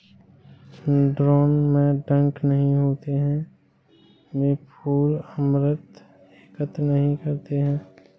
drone में डंक नहीं होते हैं, वे फूल अमृत एकत्र नहीं करते हैं